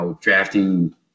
drafting –